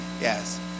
Yes